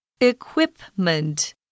equipment